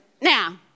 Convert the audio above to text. Now